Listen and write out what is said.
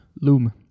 Loom